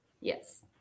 Yes